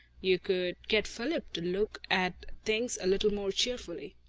you could get philip to look at things a little more cheerfully.